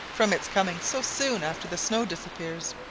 from its coming so soon after the snow disappears.